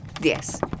Yes